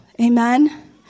Amen